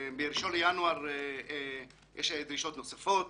מה-1 בינואר יש דרישות נוספות.